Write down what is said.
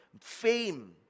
fame